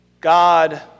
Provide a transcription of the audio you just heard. God